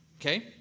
okay